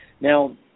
Now